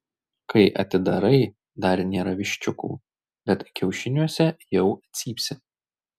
kai atidarai dar nėra viščiukų bet kiaušiniuose jau cypsi